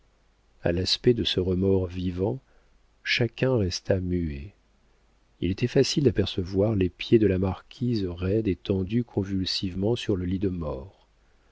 a l'aspect de ce remords vivant chacun resta muet il était facile d'apercevoir les pieds de la marquise roides et tendus convulsivement sur le lit de mort